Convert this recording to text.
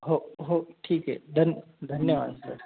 हो हो ठीक आहे धन धन्यवाद सर